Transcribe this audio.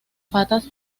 patas